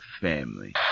family